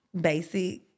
basic